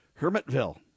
Hermitville